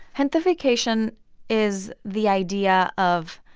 gentefication is the idea of,